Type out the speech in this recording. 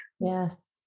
Yes